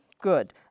Good